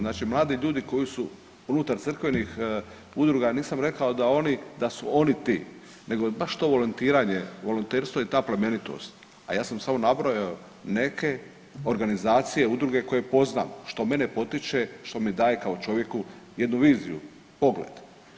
Znači mladi ljudi koji su unutar crkvenih udruga, nisam rekao da oni, da su oni ti nego baš to volontiranje, volonterstvo i ta plemenitost, a ja sam samo nabrojao neke organizacije, udruge koje poznam, što mene potiče, što mi daje kao čovjeku jednu viziju, pogled.